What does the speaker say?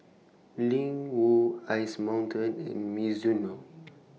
Ling Wu Ice Mountain and Mizuno